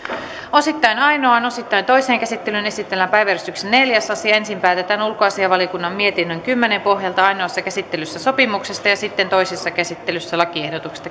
osittain ainoaan osittain toiseen käsittelyyn esitellään päiväjärjestyksen neljäs asia ensin päätetään ulkoasiainvaliokunnan mietinnön kymmenen pohjalta ainoassa käsittelyssä sopimuksesta ja sitten toisessa käsittelyssä lakiehdotuksesta